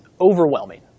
overwhelming